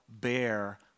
bear